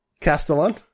Castellan